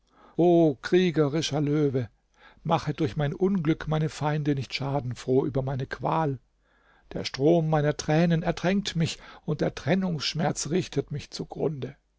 o kriegerischer löwe mache durch mein unglück meine feinde nicht schadenfroh über meine qual der strom meiner tränen ertränkt mich und der trennungsschmerz richtet mich zu